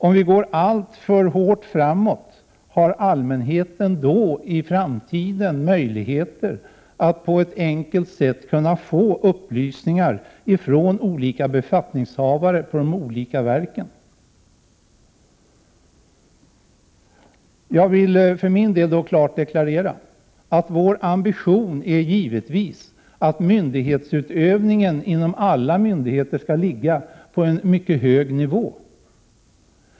Om vi går alltför hårt fram, har allmänheten då i framtiden möjligheter att på ett enkelt sätt kunna få upplysningar från olika befattningshavare på de olika verken? Jag vill för min del klart deklarera att vår ambition givetvis är att myndighetsutövningen inom alla myndigheter skall ligga på en mycket hög nivå.